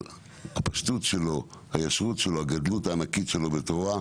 הפשטות שלו, הישרות שלו, הגדלות הענקית שלו בתורה.